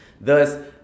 Thus